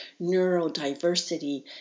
neurodiversity